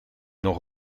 nog